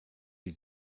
die